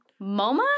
MoMA